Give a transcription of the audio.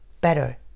better